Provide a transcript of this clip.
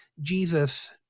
Jesus